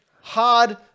hard